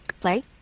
Play